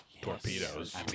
Torpedoes